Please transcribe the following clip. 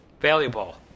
valuable